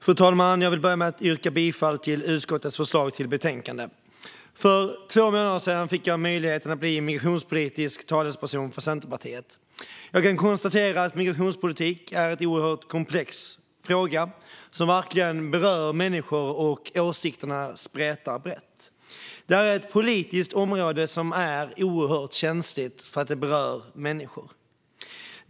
Fru talman! Jag vill börja med att yrka bifall till utskottets förslag till beslut. För två månader sedan fick jag möjligheten att bli migrationspolitisk talesperson för Centerpartiet. Jag kan konstatera att migrationspolitik är en oerhört komplex fråga som verkligen berör människor, och åsikterna spretar brett. Det är ett politiskt område som är oerhört känsligt, för det berör människor.